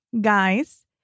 Guys